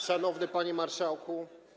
Szanowny Panie Marszałku!